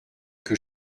que